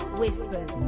whispers